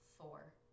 four